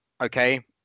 okay